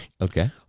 Okay